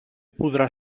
podrà